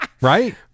Right